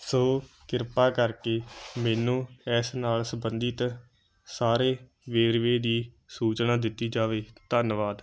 ਸੋ ਕਿਰਪਾ ਕਰਕੇ ਮੈਨੂੰ ਇਸ ਨਾਲ ਸੰਬੰਧਿਤ ਸਾਰੇ ਵੇਰਵੇ ਦੀ ਸੂਚਨਾ ਦਿੱਤੀ ਜਾਵੇ ਧੰਨਵਾਦ